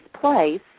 place